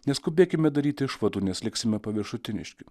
neskubėkime daryti išvadų nes liksime paviršutiniški